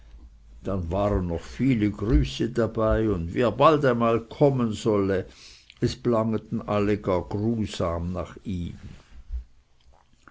dann waren noch viele grüße dabei und wie er bald einmal kommen solle es blangeten alle gar grusam nach ihm